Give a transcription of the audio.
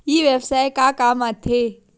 ई व्यवसाय का काम आथे?